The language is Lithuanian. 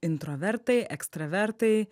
introvertai ekstravertai